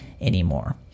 anymore